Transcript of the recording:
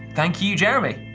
thank you, jeremy.